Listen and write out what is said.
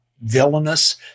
villainous